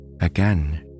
Again